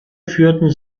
führten